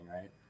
right